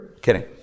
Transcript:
Kidding